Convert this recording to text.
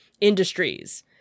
Industries